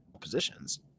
positions